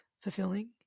fulfilling